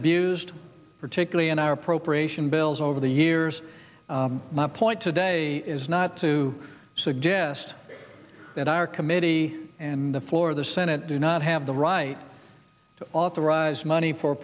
abused particularly in our appropriation bills over the years my point today is not to suggest that our committee and the floor of the senate do not have the right to authorize money for